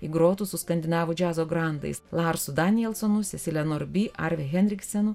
įgrotu su skandinavų džiazo grandais larsu danielsonu sesile norby arve henriksenu